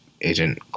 Agent